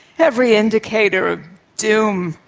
every indicator of doom.